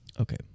Okay